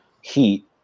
heat